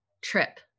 trip